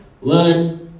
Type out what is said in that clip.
words